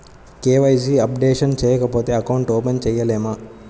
KYC updation చేయకపోతే account open చేయలేమా?